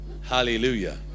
Hallelujah